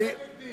הוא יוצא